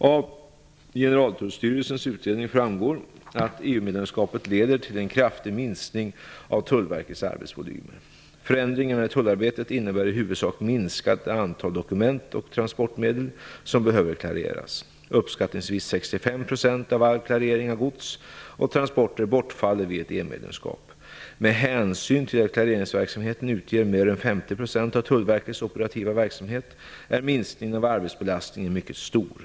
Av Generaltullstyrelsens utredning framgår att EU-medlemskapet leder till en kraftig minskning av Tullverkets arbetsvolymer. Förändringarna i tullarbetet innebär i huvudsak minskade antal dokument och transportmedel som behöver klareras. Uppskattningsvis 65 % av all klarering av gods och transporter bortfaller vid ett EU-medlemskap. Med hänsyn till att klareringsverksamheten utgör mer än 50 % av Tullverkets operativa verksamhet är minskningen av arbetsbelastningen mycket stor.